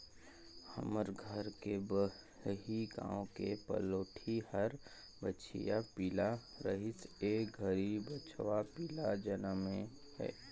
हमर घर के बलही गाय के पहलोठि हर बछिया पिला रहिस ए घरी बछवा पिला जनम हे